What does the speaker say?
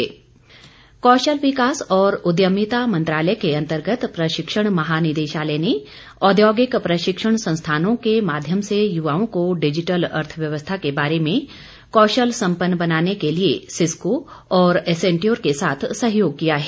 कौशल विकास कौशल विकास और उद्यमिता मंत्रालय के अन्तर्गत प्रशिक्षण महानिदेशालय ने औद्योगिक प्रशिक्षण संस्थानों के माध्यम से युवाओं को डिजिटल अर्थव्यवस्था के बारे में कौशल संपन्न बनाने के लिए सिस्को और एसेन्ट्योर के साथ सहयोग किया है